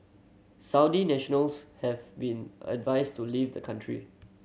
Saudi nationals have been advised to leave the country